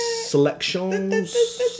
selections